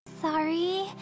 Sorry